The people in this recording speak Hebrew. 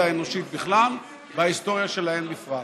האנושית בכלל ועל ההיסטוריה שלהם בפרט.